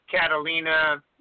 Catalina